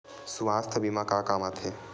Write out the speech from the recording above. सुवास्थ बीमा का काम आ थे?